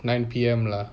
nine pm lah